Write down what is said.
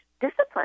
discipline